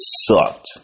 sucked